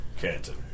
Canton